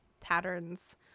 patterns